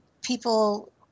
people